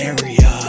Area